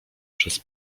przez